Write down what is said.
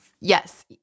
Yes